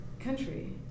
country